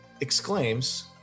exclaims